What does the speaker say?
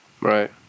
Right